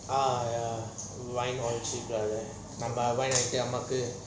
ah ya we buying all the cheap நம்ம:namma